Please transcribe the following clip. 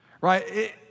right